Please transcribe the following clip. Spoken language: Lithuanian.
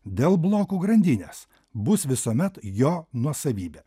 dėl blokų grandinės bus visuomet jo nuosavybė